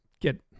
get